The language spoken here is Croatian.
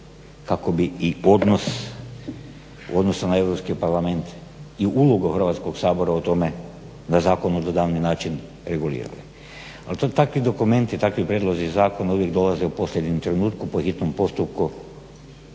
kako bi odnos u odnosu na Europski parlament i ulogu Hrvatskog sabora o tome da zakon na dodatni način regulira. Ali to takvi dokumenti, takvi prijedlozi zakona uvijek dolaze u posljednjem trenutku, po hitnom postupku